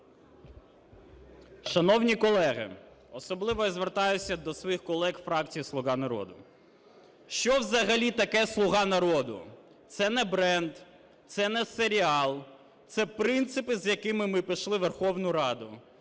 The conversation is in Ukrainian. Шановні колеги, особливо я звертаюся до своїх колег із фракції "Слуга народу". Що взагалі таке "Слуга народу"? Це не бренд. Це не серіал. Це принципи, з якими ми прийшли в Верховну Раду.